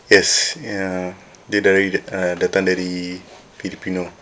yes ya dia dari uh datang dari filipino